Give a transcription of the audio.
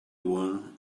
one